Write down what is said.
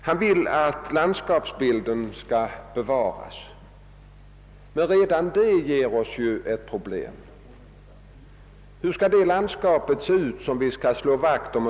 Han vill att landskapsbilden skall bevaras, men redan detta ger oss ett problem. Hur skall det landskap se ut, som vi skall slå vakt om?